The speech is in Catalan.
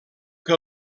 que